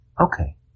okay